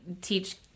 teach